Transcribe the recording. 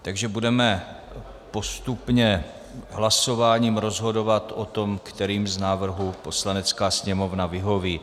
Takže budeme postupně hlasováním rozhodovat o tom, kterým z návrhů Poslanecká sněmovna vyhoví.